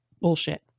bullshit